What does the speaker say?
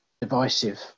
divisive